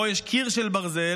פה יש קיר של ברזל.